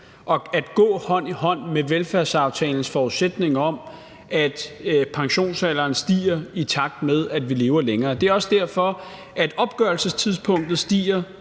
skulle gå hånd i hånd med velfærdsaftalens forudsætning om, at pensionsalderen stiger, i takt med at vi lever længere. Det er også derfor, at opgørelsestidspunktet stiger